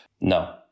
No